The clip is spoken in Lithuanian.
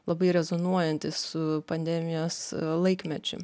labai rezonuojantis su pandemijos laikmečiu